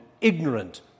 ignorant